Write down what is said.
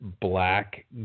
black